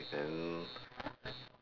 then